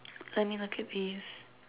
let me look at these